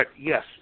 yes